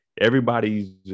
everybody's